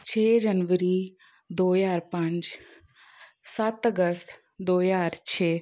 ਛੇ ਜਨਵਰੀ ਦੋ ਹਜ਼ਾਰ ਪੰਜ ਸੱਤ ਅਗਸਤ ਦੋ ਹਜ਼ਾਰ ਛੇ